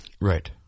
Right